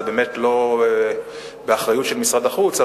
זה באמת לא באחריות של משרד החוץ,